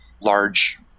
large